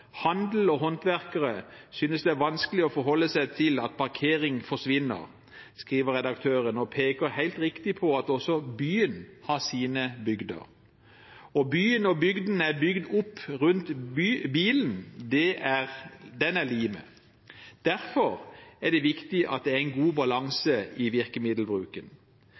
handel og håndverkere synes det er vanskelig å forholde seg til at parkering forsvinner», skriver redaktøren og peker helt riktig på at også byen har sine bygder, og at byen og bygda er bygd opp rundt bilen, den er limet. Derfor er det viktig at det er god balanse i virkemiddelbruken.